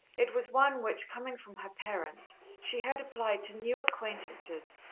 it was one which, coming from her parents, she heard applied to new acquaintances,